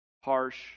harsh